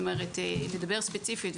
לדבר ספציפית,